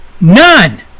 none